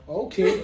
okay